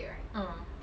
uh